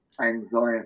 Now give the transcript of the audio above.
Anxiety